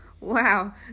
Wow